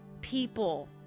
people